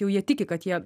jau jie tiki kad jie